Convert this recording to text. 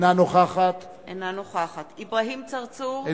אינה נוכחת אברהים צרצור,